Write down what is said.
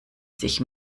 sich